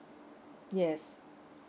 yes